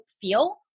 feel